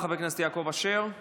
אני אומר חד-משמעית לשבחו ולזכותו.